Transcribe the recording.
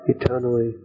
eternally